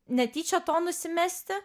netyčia to nusimesti